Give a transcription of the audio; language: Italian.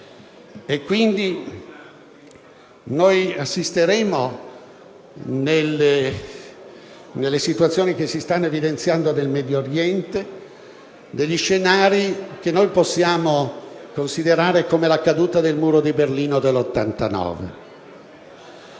Quindi assisteremo, nelle situazioni che si stanno evidenziando in Medio Oriente, a scenari che possiamo considerare come la caduta del Muro di Berlino del 1989. Termino